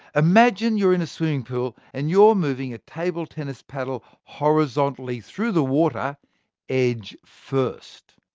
imagine you're in a swimming pool, and you're moving a table-tennis paddle horizontally through the water edge first.